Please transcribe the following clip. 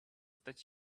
that